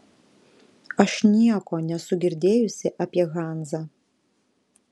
aš nieko nesu girdėjusi apie hanzą